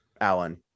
Alan